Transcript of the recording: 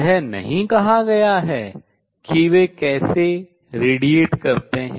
यह नहीं कहा गया है कि वे कैसे विकिरित करते हैं